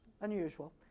unusual